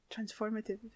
transformative